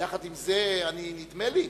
עם זה, נדמה לי